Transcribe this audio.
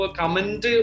comment